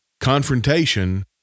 Confrontation